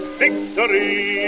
victory